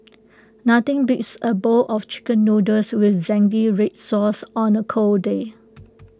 nothing beats A bowl of Chicken Noodles with Zingy Red Sauce on A cold day